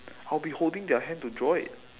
I will be holding their hand to draw it